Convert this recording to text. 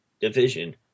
division